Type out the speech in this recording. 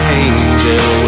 angel